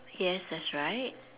yes that's right